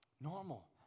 Normal